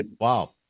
Wow